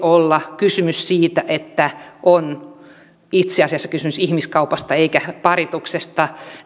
olla kysymys siitä että on itse asiassa kysymys ihmiskaupasta eikä parituksesta